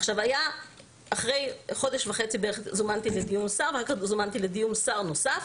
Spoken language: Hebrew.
אחרי חודש וחצי זומנתי לדיון שר ואחר כך זומנתי לדיון שר נוסף.